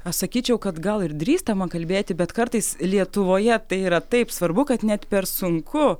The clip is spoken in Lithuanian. aš sakyčiau kad gal ir drįstama kalbėti bet kartais lietuvoje tai yra taip svarbu kad net per sunku